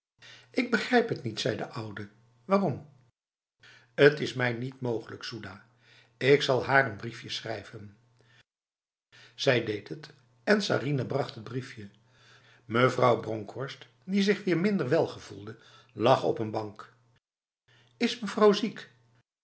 ik begrijp het nietf zei de oude waarom het is mij niet mogelijk soedah ik zal haar een briefje schrijvenf zij deed het en sarinah bracht het briefje mevrouw bronkhorst die zich weer minder wel gevoelde lag op een bank is mevrouw ziek